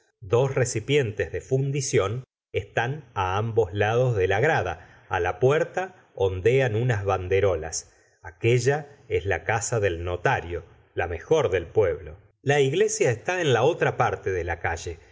dos recipientes de fundición están ambos lados de la grada la puerta ondean unas banderolas aquella es la casa del notario la mejor del pueblo la iglesia está en la otra parte de la calle